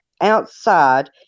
outside